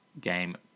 game